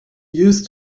used